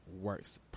works